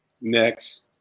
Next